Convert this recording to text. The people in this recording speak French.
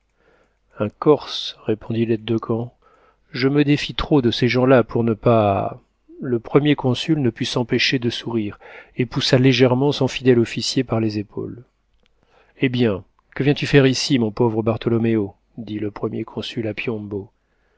un corse répondit laide de camp je me défie trop de ces gens-là pour ne pas le premier consul ne put s'empêcher de sourire et poussa légèrement son fidèle officier par les épaules eh bien que viens-tu faire ici mon pauvre bartholoméo dit le premier consul à